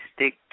stick